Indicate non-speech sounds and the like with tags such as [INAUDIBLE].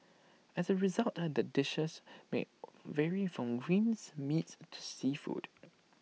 as A result [UNINTELLIGIBLE] the dishes may vary from greens meats to seafood